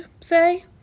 say